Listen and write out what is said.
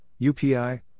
UPI